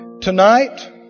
Tonight